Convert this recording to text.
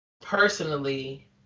personally